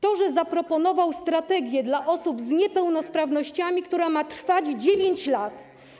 To, że zaproponował strategię dla osób z niepełnosprawnościami, której wdrażanie ma trwać 9 lat.